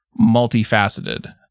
multifaceted